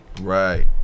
Right